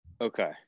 Okay